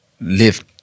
live